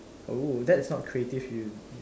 oh that's not creative you ya mm